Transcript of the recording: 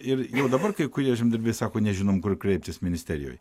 ir jau dabar kai kurie žemdirbiai sako nežinom kur kreiptis ministerijoj